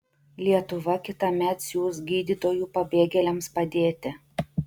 lietuva kitąmet siųs gydytojų pabėgėliams padėti